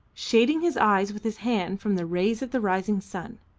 shading his eyes with his hand from the rays of the rising sun.